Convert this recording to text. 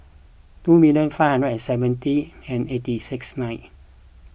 two million five hundred and seventy and eighty six nine